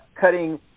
cutting